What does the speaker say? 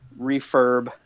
refurb